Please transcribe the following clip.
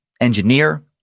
engineer